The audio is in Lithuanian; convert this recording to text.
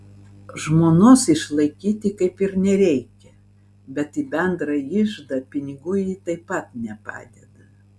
žmonos išlaikyti kaip ir nereikia bet į bendrą iždą pinigų ji taip pat nepadeda